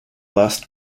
last